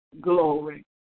glory